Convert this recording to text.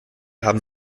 haben